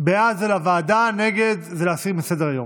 בעד זה לוועדה, נגד זה להסיר מסדר-היום.